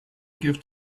give